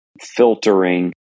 filtering